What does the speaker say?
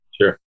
Sure